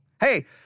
Hey